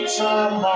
time